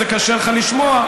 שזה קשה לך לשמוע,